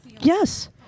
Yes